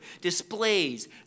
displays